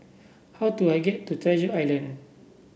how do I get to Treasure Island